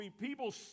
people